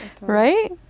right